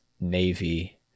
Navy